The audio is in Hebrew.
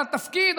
על התפקיד,